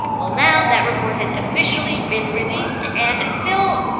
well, now that report has officially been released. and phil,